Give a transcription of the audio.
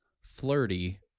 flirty